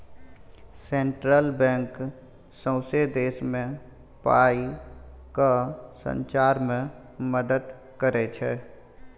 central bank सौंसे देश मे पाइ केँ सचार मे मदत करय छै